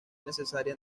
necesaria